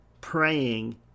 praying